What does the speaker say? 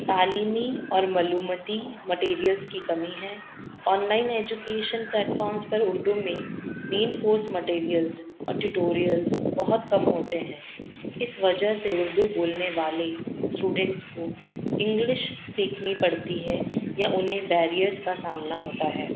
تعلیمی اور معلوماتی مٹیریلس کی کمی ہے آن لائن ایجوکیشن پلیٹفارمس پر اردو میں مین کورس مٹیریلس اور ٹیوٹورلس بہت کم ہوتے ہیں اس وجہ سے اردو بولنے والے اسٹوڈینٹس کو انگلش سیکھنی پڑتی ہے یا انہیں بیریئرس کا سامنا ہوتا ہے